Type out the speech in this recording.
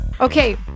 Okay